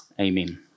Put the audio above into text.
Amen